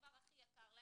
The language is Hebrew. בדבר הכי יקר להם.